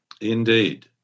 Indeed